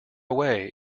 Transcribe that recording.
away